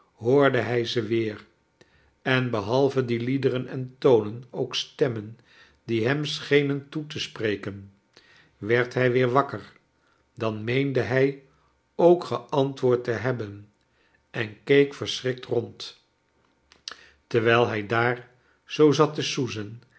hoorde hij ze weer en behalve die liederen en tonen ook stemmen die hem schenen toe te spreken werd hij weer wakker dan meende hij ook geantwoord te hebben en keek verschrikt rond terwijl hij daar zoo zat te soezen